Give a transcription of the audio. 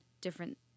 different